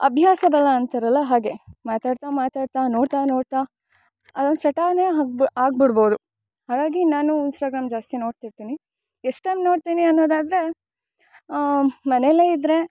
ಅಭ್ಯಾಸ ಬಲ ಅಂತಾರಲ್ಲ ಹಾಗೆ ಮಾತಾಡ್ತ ಮಾತಾಡ್ತ ನೊಡ್ತ ನೊಡ್ತ ಅದೊಂದು ಚಟ ಆಗ್ಬ ಆಗ್ಬಿಡ್ಬವ್ದು ಹಾಗಾಗಿ ನಾನು ಇನ್ಸ್ಟಾಗ್ರಾಮ್ ಜಾಸ್ತಿ ನೊಡ್ತಿರ್ತಿನಿ ಎಷ್ಟೊಂದು ನೊಡ್ತಿನಿ ಅನ್ನೊದಾದರೆ ಮನೇಲೆ ಇದ್ರೆ